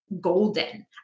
golden